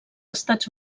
estats